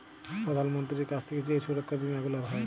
প্রধাল মন্ত্রীর কাছ থাক্যে যেই সুরক্ষা বীমা গুলা হ্যয়